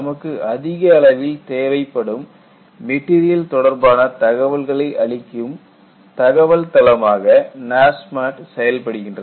நமக்குத் அதிக அளவில் தேவைப்படும் மெட்டீரியல் தொடர்பான தகவல்களை அளிக்கும் தகவல் தளமாக NASMAT செயல்படுகின்றது